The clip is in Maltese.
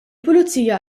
pulizija